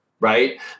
Right